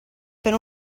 per